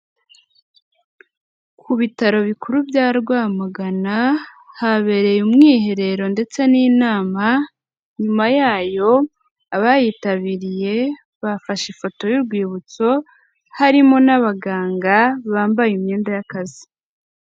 Ku bitaro bikuru bya Rwamagana, habereye umwiherero ndetse n'inama, inyuma yayo abayitabiriye bafashe ifoto y'urwibutso, harimo n'abaganga bambaye imyenda y'akazi.